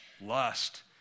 lust